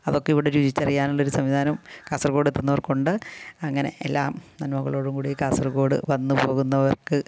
അതൊക്കെ ഇവിടെ രുചിച്ചറിയാനുള്ള ഒരു സംവിധാനം കാസർഗോഡ് എത്തുന്നവർക്ക് ഉണ്ട് അങ്ങനെ എല്ലാ നന്മകളോടും കൂടി കാസർഗോഡ് വന്ന് പോകുന്നവർക്ക്